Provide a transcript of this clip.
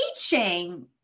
teaching